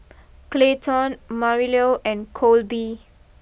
Clayton Marilou and Kolby